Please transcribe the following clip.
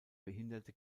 behinderte